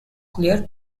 clear